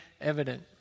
evident